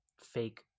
fake